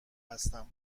هستم